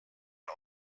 are